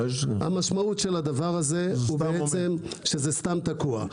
המשמעות של זה שזה סתם תקוע.